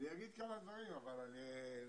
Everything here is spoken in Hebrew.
אני אגיד כמה דברים אבל בלי